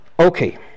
Okay